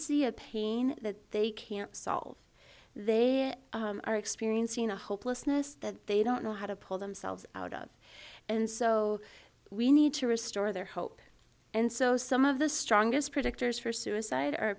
see a pain that they can't solve they are experiencing a hopelessness that they don't know how to pull themselves out of and so we need to restore their hope and so some of the strongest predictors for suicide